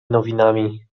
nowinami